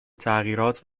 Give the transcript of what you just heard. تغییرات